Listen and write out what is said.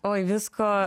oi visko